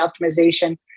optimization